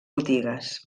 botigues